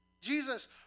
Jesus